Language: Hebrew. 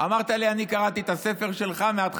אמרת לי: אני קראתי את הספר שלך מההתחלה